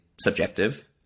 subjective